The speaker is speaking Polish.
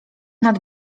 nad